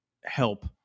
help